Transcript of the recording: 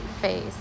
face